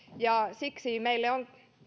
ja siksi meille on